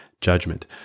judgment